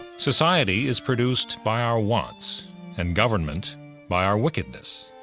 society is produced by our wants and government by our wickedness.